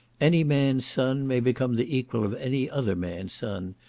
any man's son may become the equal of any other man's son,